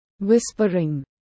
whispering